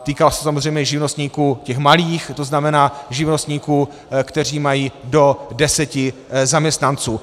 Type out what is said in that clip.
Týká se to samozřejmě těch živnostníků malých, to znamená živnostníků, kteří mají do deseti zaměstnanců.